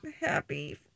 happy